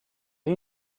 you